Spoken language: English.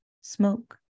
smoke